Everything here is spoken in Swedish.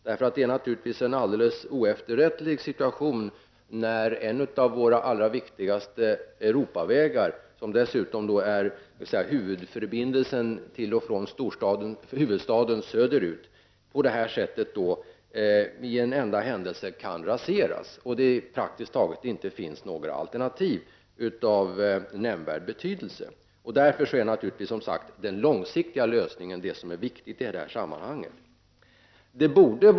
Det är naturligtvis en alldeles oefterrättlig situation när en av våra allra viktigaste Europavägar, som dessutom är huvudförbindelse till och från huvudstaden söderut, på det här sättet genom en enda händelse stängs av och det inte finns något alternativ av nämnvärd betydelse. Därför är naturligtvis den långsiktiga lösningen viktig i detta sammanhang.